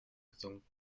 gesunken